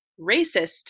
racist